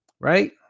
right